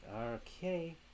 Okay